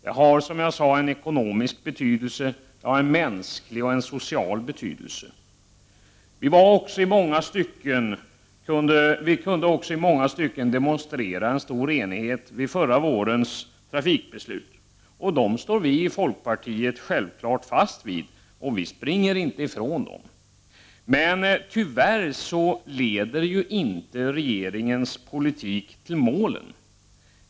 Den har, som jag sagt, en ekonomisk, en mänsklig och en social betydelse. Vi kunde också i många stycken demonstrera en stor enighet i samband med förra vårens trafikpolitiska beslut. Vi i folkpartiet står självfallet fast vid dessa och kommer inte att springa ifrån dem. Men regeringens politik leder tyvärr inte till målen.